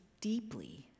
deeply